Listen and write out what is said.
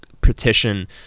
petition